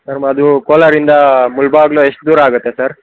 sir ಅದು ಕೋಲಾರಿಂದ ಮುಳಬಾಗ್ಲು ಎಷ್ಟು ದೂರ ಆಗುತ್ತೆ ಸರ್